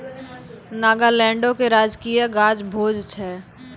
नागालैंडो के राजकीय गाछ भोज छै